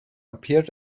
appeared